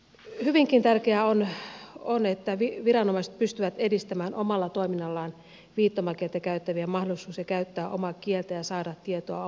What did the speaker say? hyvinkin tärkeää on että viranomaiset pystyvät edistämään omalla toiminnallaan viittomakieltä käyttävien mahdollisuuksia käyttää omaa kieltään ja saada tietoa omalla kielellään